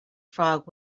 frog